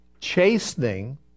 Chastening